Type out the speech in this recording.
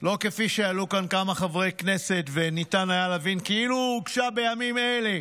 לא כפי שעלו כאן כמה חברי כנסת וניתן היה להבין כאילו הוגשה בימים אלה.